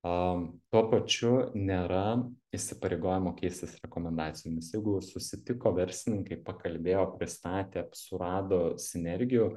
a tuo pačiu nėra įsipareigojimo keistis rekomendacijomis jeigu susitiko verslininkai pakalbėjo pristatė surado sinergijų